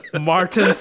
Martin